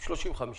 ב-35 אחוזים,